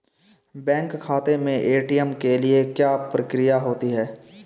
Bank खाते में ATM के लिए क्या प्रक्रिया होती है?